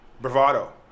bravado